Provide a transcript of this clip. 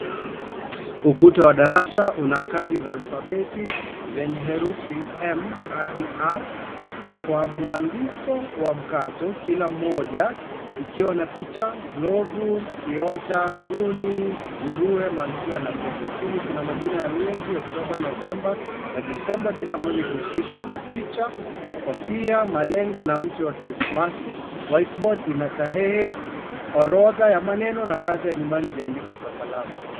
Ukuta wa darasa una kadi za alfabeti zenye herufi m hadi r kwa mwandiko wa mkato. Kila moja ikiwa na picha, glovu, kiota, mbuni, nguruwe, malkia na pete. Chini kuna majina ya miezi Oktoba, Novemba na Disemba, kila moja ikihusishwa na picha, kofia, malenge na mti wa Krismasi. Whiteboard ina tarehe, orodha ya maneno na kazi ya nyumbani iliyoandikwa kwa kalamu.